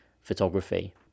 photography